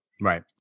Right